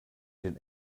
den